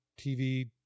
TV